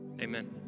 amen